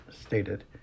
stated